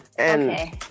Okay